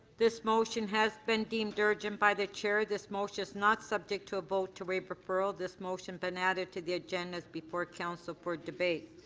this motion has been deemed urgent by the chair. this motion is not subject to a vote to waive referral. this motion has been added to the agendas before council for debate